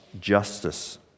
justice